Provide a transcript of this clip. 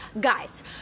guys